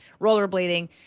rollerblading